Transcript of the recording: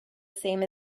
same